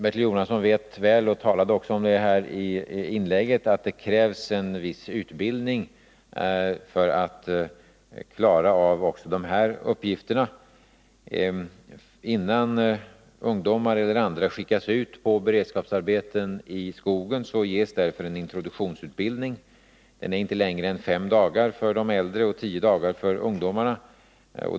Bertil Jonasson vet väl och framhöll också i sitt inlägg att det krävs en viss utbildning för att man skall kunna klara de här uppgifterna. Innan ungdomarna eller andra skickas ut på beredskapsarbeten i skogen ges de därför en introduktionsutbildning. Den är inte längre än fem dagar för de äldre och tio dagar för ungdomarna.